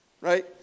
Right